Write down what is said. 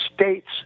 states